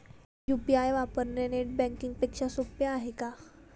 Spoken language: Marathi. यु.पी.आय वापरणे नेट बँकिंग पेक्षा सोपे आहे का?